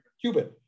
Cuban